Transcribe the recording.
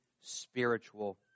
spiritual